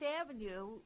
Avenue